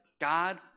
God